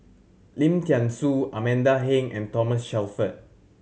Lim Thean Soo Amanda Heng and Thomas Shelford